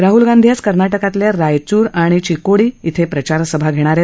राहुल गांधी आज कर्नाटकातल्या रायचूड आणि चिक्कोडी प्रचारसभा घेणार आहेत